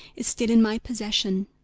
is still in my possession.